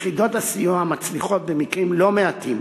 יחידות הסיוע מצליחות במקרים לא מעטים